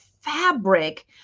fabric